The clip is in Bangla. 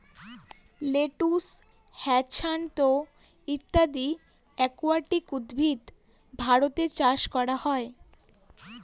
লেটুস, হ্যাছান্থ ইত্যাদি একুয়াটিক উদ্ভিদ ভারতে চাষ করা হয়